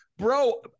Bro